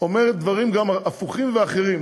אומרת דברים גם הפוכים ואחרים,